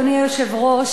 אדוני היושב-ראש,